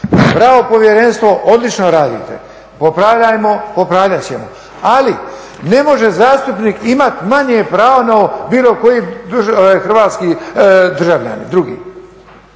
bravo Povjerenstvo, odlično radite. Popravljajmo, popravljat ćemo. Ali ne može zastupnik imati manje pravo no bilo koji hrvatski državljanin drugi.